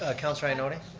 ah councilor ioannoni?